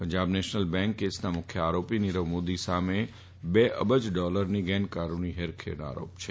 Punjab national bank કેસના મુખ્ય આરોપી નીરવ મોદી સામે બે અબજ ડોલરની ગેરકાન્ની હેરફેરનો આરોપ છે